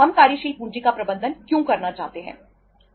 हम कार्यशील पूंजी का प्रबंधन क्यों करना चाहते हैं